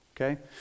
okay